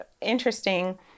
interesting